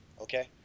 okay